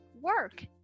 work